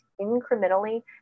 incrementally